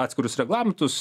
atskirus reglamentus